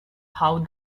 how